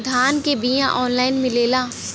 धान के बिया ऑनलाइन मिलेला?